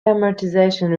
amortization